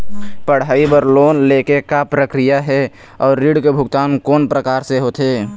पढ़ई बर लोन ले के का प्रक्रिया हे, अउ ऋण के भुगतान कोन प्रकार से होथे?